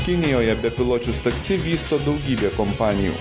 kinijoje bepiločius taksi vysto daugybė kompanijų